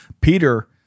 Peter